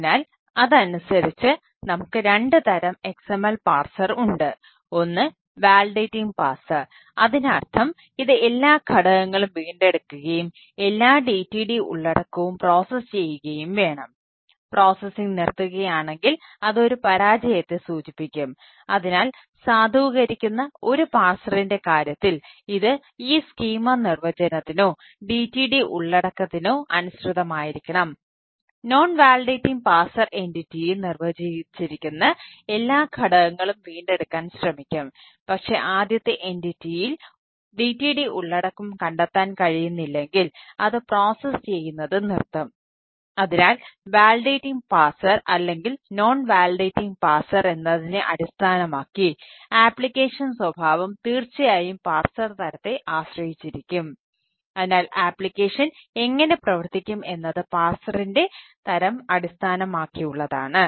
അതിനാൽ അതനുസരിച്ച് നമുക്ക് 2 തരം XML പാഴ്സർ തരം അടിസ്ഥാനമാക്കിയുള്ളതാണ്